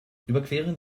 überqueren